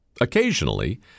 Occasionally